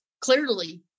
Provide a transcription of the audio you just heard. clearly